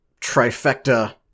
trifecta